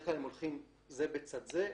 בדרך כלל הם הולכים זה בצד זה,